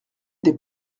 des